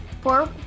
Four